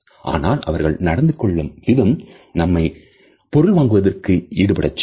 ஆனால் அவர்கள் நடந்து கொள்ளும் விதம் நம்மை பொருள் வாங்குவதில் ஈடுபடச் செய்யும்